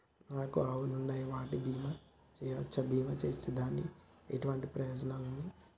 నాకు ఆవులు ఉన్నాయి వాటికి బీమా చెయ్యవచ్చా? బీమా చేస్తే దాని వల్ల ఎటువంటి ప్రయోజనాలు ఉన్నాయి?